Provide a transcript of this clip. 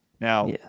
Now